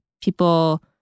people